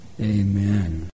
Amen